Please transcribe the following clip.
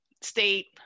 state